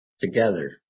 together